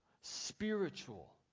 spiritual